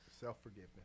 Self-forgiveness